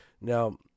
Now